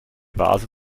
vase